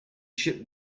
ship